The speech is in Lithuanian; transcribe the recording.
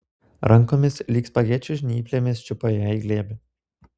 rankomis lyg spagečių žnyplėmis čiupo ją į glėbį